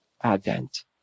Advent